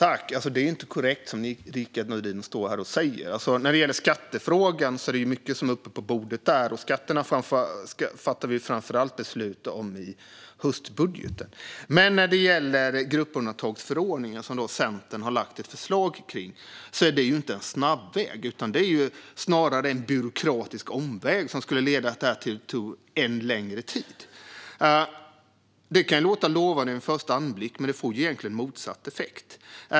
Fru talman! Det Rickard Nordin säger här är inte korrekt. Det är mycket som är uppe på bordet i skattefrågan. Skatten fattar vi ju framför allt beslut om i höstbudgeten. Detta med gruppundantagsförordningen, som Centern har lagt ett förslag om, är inte en snabbväg utan snarare en byråkratisk omväg som skulle leda till att det tog än längre tid. Det kan låta lovande vid första anblick, men det får egentligen motsatt effekt.